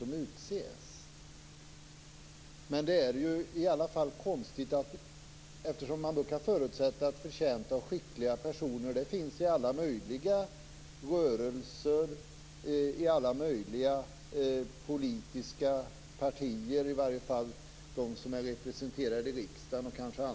Man kan förutsätta att det finns förtjänta och skickliga personer i alla rörelser och i alla politiska partier - i varje fall i dem som är representerade i riksdagen.